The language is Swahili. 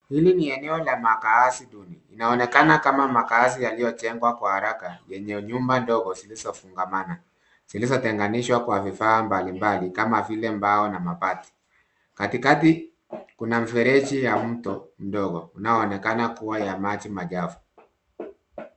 Hili ni eneo la makazi duni inaonekana kama makazi yaliyojengwa kwa haraka yenye nyumba ndogo zolizofungamana zilizotenganishwa kwa vifaa mbalimbali kama vile mbao na mabati katikati kuna mfereji wa mto mdogo unaoonekana kuwa wa maji machafu.